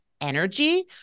energy